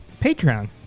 Patreon